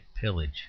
pillage